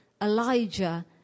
Elijah